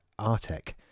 Artec